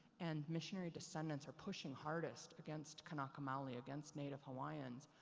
and missionary descendants are pushing hardest against kanaka maoli, against native hawaiians.